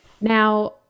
Now